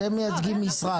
אתם מייצגים משרד,